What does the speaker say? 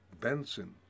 Benson